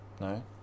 No